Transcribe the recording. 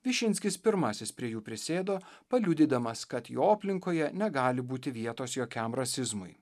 višinskis pirmasis prie jų prisėdo paliudydamas kad jo aplinkoje negali būti vietos jokiam rasizmui